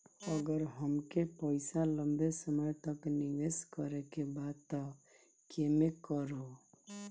अगर हमके पईसा लंबे समय तक निवेश करेके बा त केमें करों?